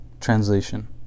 translation